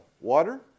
water